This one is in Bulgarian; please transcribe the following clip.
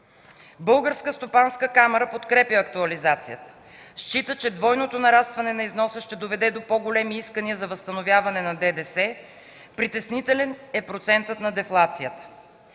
Българската стопанска камара подкрепя актуализацията. Счита, че двойното нарастване на износа ще доведе до по-големи искания за възстановяване на ДДС. Притеснителен е процесът на дефлацията.